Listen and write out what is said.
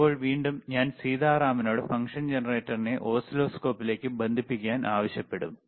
ഇപ്പോൾ വീണ്ടും ഞാൻ സീതാറാമിനോട് ഫംഗ്ഷൻ ജനറേറ്ററിനെ ഓസിലോസ്കോപ്പിലേക്ക് ബന്ധിപ്പിക്കാൻ ആവശ്യപ്പെടും